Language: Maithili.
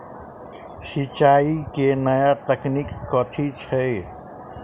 सिंचाई केँ नया तकनीक कथी छै?